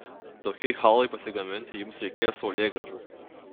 tokiai chalvai pasigaminti jums reikės saulėgrąžų